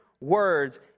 words